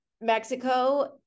Mexico